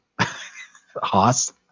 Haas